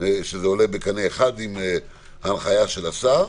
שזה עולה בקנה אחד עם הנחיית השר,